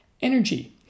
energy